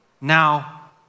now